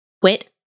quit